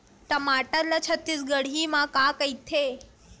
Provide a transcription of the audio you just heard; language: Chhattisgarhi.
टमाटर ला छत्तीसगढ़ी मा का कइथे?